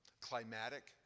climatic